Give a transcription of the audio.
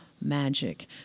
magic